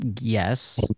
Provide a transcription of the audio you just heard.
Yes